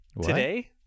today